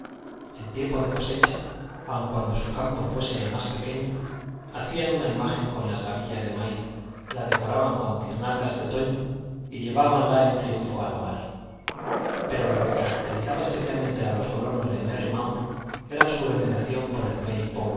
en tiempo de cosecha aun cuando su campo fuese el más pequeño hacían una imagen con las gavillas de maíz la decoraban con guirnaldas de otoño y llevábanla en triunfo al hogar pero lo que caracterizaba especialmente a los colonos de merry mount era su veneración por el